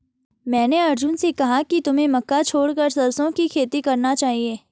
मैंने अर्जुन से कहा कि तुम्हें मक्का छोड़कर सरसों की खेती करना चाहिए